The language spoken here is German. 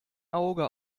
auge